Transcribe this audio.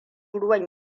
ruwan